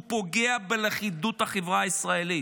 הוא פוגע בלכידות החברה הישראלית.